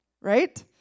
right